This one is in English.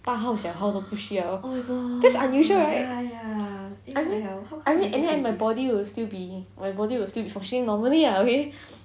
大号小号都不需要 that's unusual right I mean I mean and then my body will still be my body will still be functioning normally lah okay